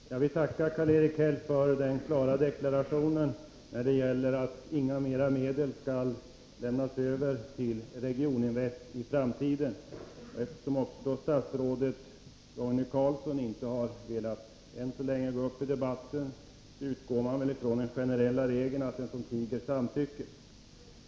Herr talman! Jag vill tacka Karl-Erik Häll för den klara deklarationen att inga ytterligare medel skall beviljas Regioninvest. Eftersom statsrådet Roine Carlsson inte har velat än så länge gå upp i debatten, utgår jag från den generella regeln att den som tiger samtycker.